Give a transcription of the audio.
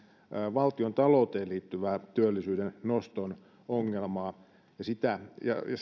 valtiontalouteen liittyvää työllisyyden noston ongelmaa